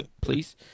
please